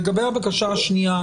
לגבי הבקשה השנייה: